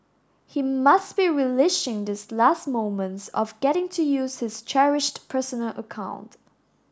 he must be relishing these last moments of getting to use his cherished personal account